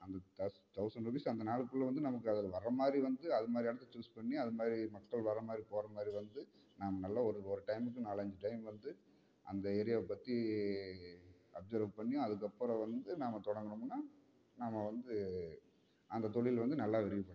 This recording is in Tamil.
அந்த தஸ் தௌசன் ருபீஸ் அந்த நாளுக்குள்ள வந்து நமக்கு அதில் வர மாதிரி வந்து அதை மாதிரி இடத்த சூஸ் பண்ணி அது மாதிரி மக்கள் வர மாதிரி போகிற மாதிரி வந்து நம்ம நல்ல ஒரு ஒரு டைமுக்கு நாலஞ்சு டைம் வந்து அந்த ஏரியாவை பற்றி அப்சர்வ் பண்ணி அதுக்கப்புறம் வந்து நாம் தொடங்கினமுன்னா நாம் வந்து அந்த தொழில் வந்து நல்லா விரிவுப்படுத்த முடியும்